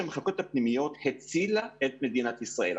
המחלקות הפנימיות הצילה את מדינת ישראל.